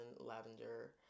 Lavender